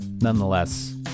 Nonetheless